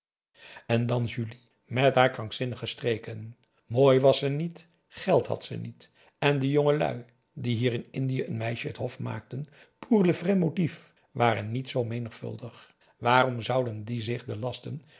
en dan julie met haar krankzinnige streken mooi was ze niet geld had ze niet en de jongelui die hier in indië een meisje het hof maakten pour le vrai motif waren niet zoo menigvuldig waarom zouden die zich de lasten